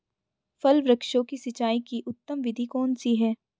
फल वृक्षों की सिंचाई की उत्तम विधि कौन सी है?